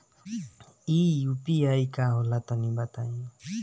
इ यू.पी.आई का होला तनि बताईं?